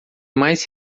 mais